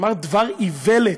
אמר דבר איוולת,